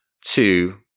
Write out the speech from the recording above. two